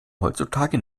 heutzutage